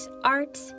art